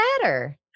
matter